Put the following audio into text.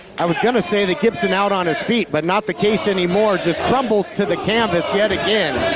i was gonna say that gibson out on his feet but not the case anymore, just crumples to the canvas yet again.